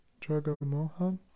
Jagamohan